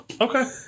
Okay